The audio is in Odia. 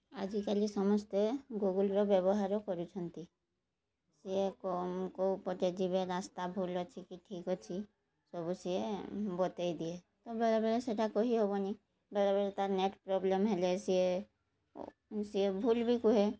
ଆଜିକାଲି ସମସ୍ତେ ଗୁଗୁଲ୍ର ବ୍ୟବହାର କରୁଛନ୍ତି ସେ କେଉଁ ପଟେ ଯିବେ ରାସ୍ତା ଭୁଲ୍ ଅଛି କି ଠିକ୍ ଅଛି ସବୁ ସେ ବତେଇ ଦିଏ ବେଳେବେଳେ ସେଇଟା କହିହେବନି ବେଳେବେଳେ ତା ନେଟ୍ ପ୍ରୋବ୍ଲେମ୍ ହେଲେ ସେ ସେ ଭୁଲ୍ ବି କୁହେ